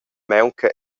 maunca